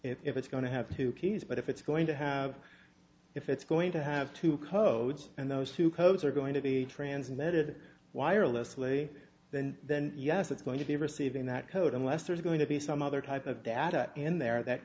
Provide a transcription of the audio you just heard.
if it's going to have two keys but if it's going to have if it's going to have to code and those two codes are going to be transmitted wirelessly then then yes it's going to be receiving that code unless there's going to be some other type of data in there that